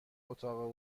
اتاق